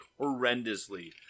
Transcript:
horrendously